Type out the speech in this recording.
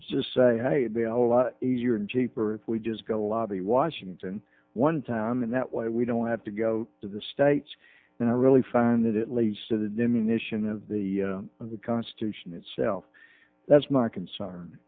just say it be a whole lot easier and cheaper if we just go lobby washington one time and that way we don't have to go to the states and i really find that it leads to the diminishing of the of the constitution itself that's my concern